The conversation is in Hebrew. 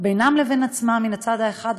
בינם לבין עצמם מן הצד האחד,